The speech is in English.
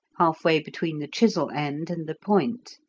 half-way between the chisel end and the point.